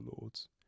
Lord's